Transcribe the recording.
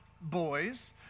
boys